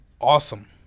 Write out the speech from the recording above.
awesome